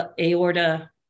aorta